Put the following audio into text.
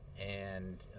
and